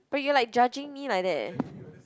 but you're like judging me like that eh